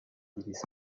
diris